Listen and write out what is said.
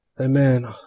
Amen